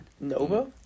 Nova